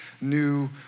new